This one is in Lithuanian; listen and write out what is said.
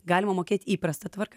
galima mokėt įprasta tvarka